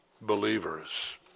believers